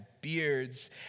beards